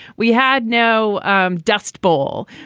we had no um dust bowl.